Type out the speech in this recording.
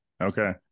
Okay